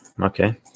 okay